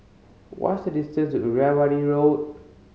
what's the distance to Irrawaddy Road